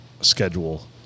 schedule